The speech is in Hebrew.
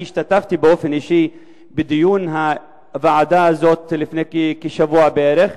אני השתתפתי באופן אישי בדיון הוועדה הזאת לפני שבוע בערך.